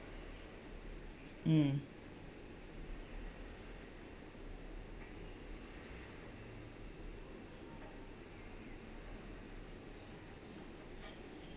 mm